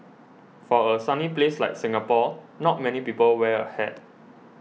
for a sunny place like Singapore not many people wear a hat